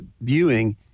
viewing